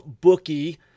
bookie